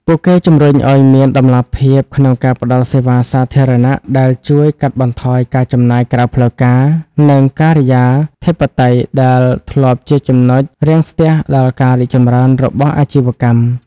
ពួកគេជម្រុញឱ្យមានតម្លាភាពក្នុងការផ្ដល់សេវាសាធារណៈ ដែលជួយកាត់បន្ថយការចំណាយក្រៅផ្លូវការ និងការិយាធិបតេយ្យដែលធ្លាប់ជាចំណុចរាំងស្ទះដល់ការរីកចម្រើនរបស់អាជីវកម្ម។